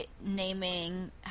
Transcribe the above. naming